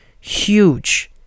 huge